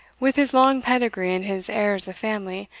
with his long pedigree and his airs of family,